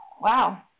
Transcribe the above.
Wow